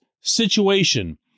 situation